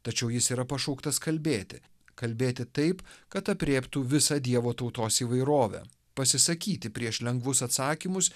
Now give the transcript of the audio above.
tačiau jis yra pašauktas kalbėti kalbėti taip kad aprėptų visą dievo tautos įvairovę pasisakyti prieš lengvus atsakymus